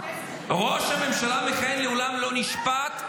--- ראש הממשלה המכהן מעולם לא נשפט,